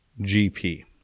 GP